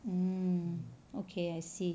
mm okay I see